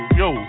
yo